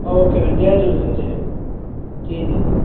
okay भाई जय झूलेलाल जय झूलेलाल जी जी जी